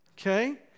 Okay